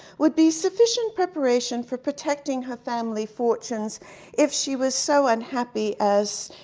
would be sufficient preparation for protecting her family fortunes if she was so unhappy as,